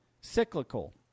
cyclical